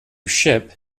ship